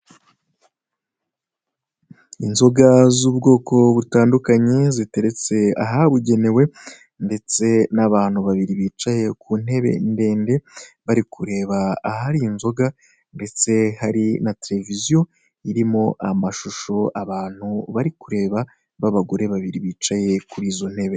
Inzoga z'ubwoko butandukanye ziteretse ahabugenewe ndetse n'abantu babiri bicaye ku ntebe ndende, bari kureba ahari inzoga ndetse hari na televiziyo irimo amashusho abantu bari kureba b'abagore babiri bicaye kuri izo ntebe.